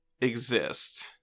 exist